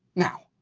now,